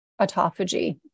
autophagy